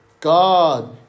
God